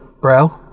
bro